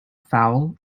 foul